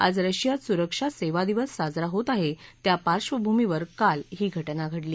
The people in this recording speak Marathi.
आज रशियात सुरक्षा सेवा दिवस साजरा होत आहे त्या पार्श्वभूमीवर काल ही घटना घडली